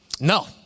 No